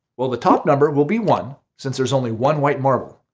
well, the top number will be one since there's only one white marble.